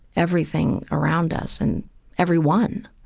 everything around us and everyone,